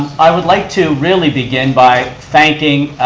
i would like to really begin by thanking